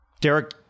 Derek